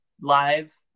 live